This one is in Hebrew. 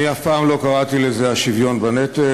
אני אף פעם לא קראתי לזה "השוויון בנטל",